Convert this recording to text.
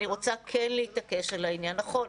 אני רוצה כן להתעקש על העניין נכון,